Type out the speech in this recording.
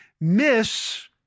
miss